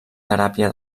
teràpia